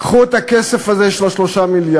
קחו את הכסף הזה של 3 מיליארד,